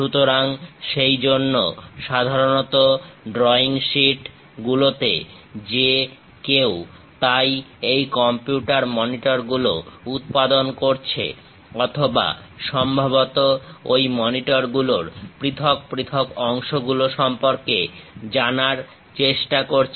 সুতরাং সেই জন্য সাধারণত ড্রইং শীট গুলোতে যে কেউ তাই এই কম্পিউটার মনিটরগুলো উৎপাদন করছে অথবা সম্ভবত ঐ মনিটরগুলোর পৃথক পৃথক অংশগুলো সম্পর্কে জানার চেষ্টা করছে